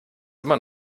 immer